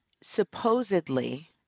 supposedly